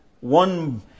one